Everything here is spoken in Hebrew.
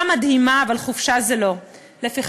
זאת תקופה מדהימה, אבל חופשה זה לא.